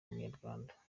umunyarwanda